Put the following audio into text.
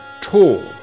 tall